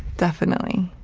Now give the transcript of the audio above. definitely.